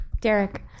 derek